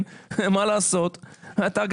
לא משנה אם